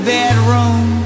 bedroom